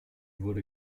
wurde